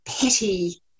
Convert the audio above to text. petty